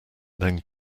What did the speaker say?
then